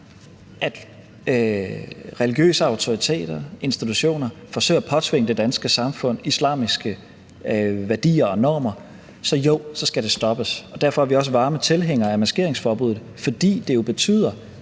at religiøse autoriteter og institutioner forsøger at påtvinge det danske samfund islamiske værdier og normer, jo, så skal det stoppes, og derfor er vi også varme tilhængere af maskeringsforbuddet. For det betyder